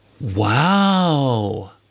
Wow